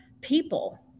people